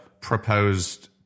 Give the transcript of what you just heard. proposed